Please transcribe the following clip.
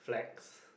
flags